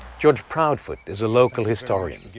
george proudfoot is a local historian,